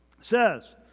says